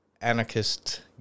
anarchist